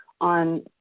on